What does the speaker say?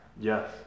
yes